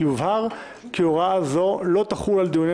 יובהר כי הוראה זו לא תחול על דיוני